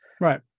Right